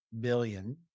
billion